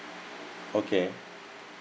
okay